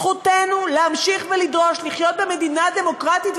זכותנו להמשיך לדרוש לחיות במדינה דמוקרטית.